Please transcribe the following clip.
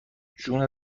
جون